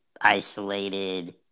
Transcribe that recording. isolated